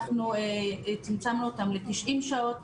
אנחנו צמצמנו אותן ל-90 שעות,